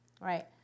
right